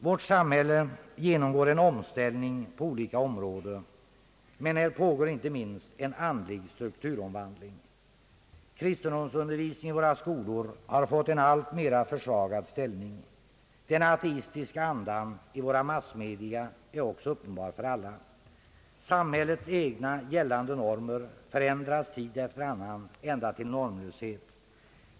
Vårt samhälle genomgår en omställning på olika områden, men här pågår inte minst en andlig strukturomvandling. Kristendomsundervisningen i våra skolor har fått en alltmer försvagad ställning. Den ateistiska andan i våra massmedia är också uppenbar för alla. Samhällets egna, gällande normer för ändras tid efter annan — ända till normlöshet.